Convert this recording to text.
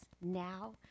now